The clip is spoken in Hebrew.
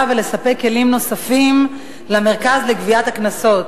ולספק כלים נוספים למרכז לגביית קנסות.